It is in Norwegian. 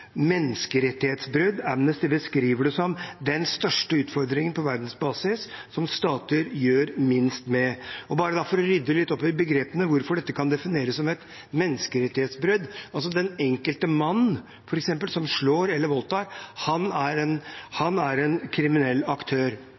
menneskerettighetsbrudd. Amnesty beskriver det som den største utfordringen på verdensbasis som stater gjør minst med. Bare for å rydde litt opp i begrepene og hvorfor dette kan defineres som et menneskerettighetsbrudd: Den enkelte mann, f.eks., som slår eller voldtar, han er en